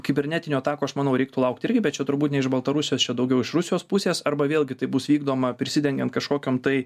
kibernetinių atakų aš manau reiktų laukt irgi bet čia turbūt ne iš baltarusijos čia daugiau iš rusijos pusės arba vėlgi tai bus vykdoma prisidengiant kažkokiom tai